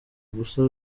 gusa